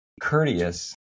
courteous